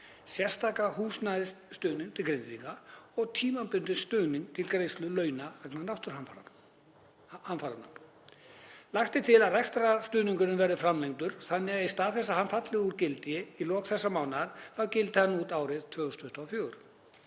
sérstakan húsnæðisstuðning til Grindvíkinga og tímabundinn stuðning til greiðslu launa vegna náttúruhamfaranna. Lagt er til að rekstrarstuðningurinn verði framlengdur þannig að í stað þess að hann falli úr gildi í lok þessa mánaðar gildi hann út árið 2024.